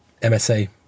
MSA